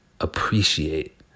appreciate